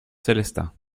sélestat